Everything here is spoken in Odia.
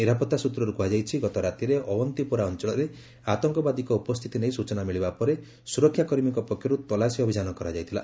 ନିରାପତ୍ତା ସୂତ୍ରରୁ କୁହାଯାଇଛି ଗତରାତିରେ ଅଓ୍ୱନ୍ତିପୋରା ଅଞ୍ଚଳରେ ଆତଙ୍କବାଦୀଙ୍କ ଉପସ୍ଥିତି ନେଇ ସୂଚନା ମିଳିବା ପରେ ସୁରକ୍ଷାକର୍ମୀଙ୍କ ପକ୍ଷରୁ ତଲାସୀ ଅଭିଯାନ କରାଯାଇଥିଲା